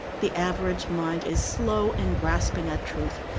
the average mind is slow in grasping a truth,